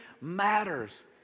matters